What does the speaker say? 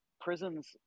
prisons